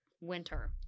winter